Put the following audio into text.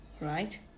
right